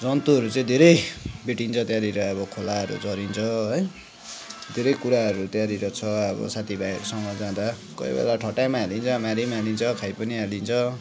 जन्तुहरू चाहिँ धेरै भेटिन्छ त्यहाँनिर अब खोलाहरू झरिन्छ है धेरै कुराहरू त्यहाँनिर छ अब साथीभाइहरूसँग जाँदा कोही बेला ठट्टाइ पनि हालिन्छ मारी पनि हालिन्छ खाइ पनि हालिन्छ